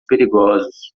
perigosos